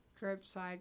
curbside